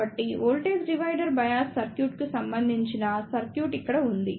కాబట్టి voltage divider bias సర్క్యూట్కు సంబంధించిన సర్క్యూట్ ఇక్కడ ఉంది